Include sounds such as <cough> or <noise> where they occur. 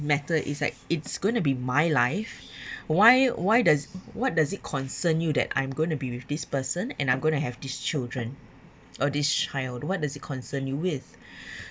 matter is like it's going to be my life <breath> why why does what does it concern you that I'm going to be with this person and I'm going to have these children or this child what does it concern you with <breath>